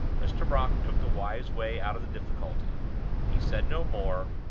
mr. brock took the wise way out of the difficulty he said no more,